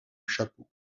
chapeau